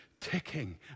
ticking